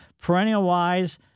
Perennial-wise